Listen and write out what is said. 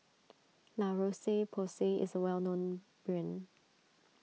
La Roche Porsay is a well known brand